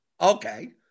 Okay